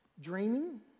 dreaming